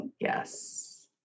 Yes